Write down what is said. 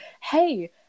Hey